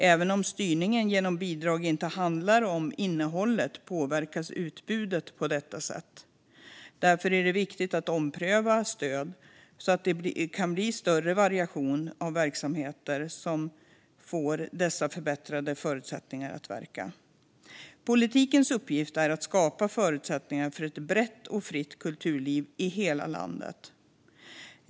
Även om styrningen genom bidrag inte handlar om innehållet påverkas utbudet på detta sätt. Därför är det viktigt att ompröva stöd, så att det kan bli större variation av verksamheter som får dessa förbättrade förutsättningar att verka. Politikens uppgift är att skapa förutsättningar för ett brett och fritt kulturliv i hela landet.